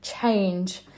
change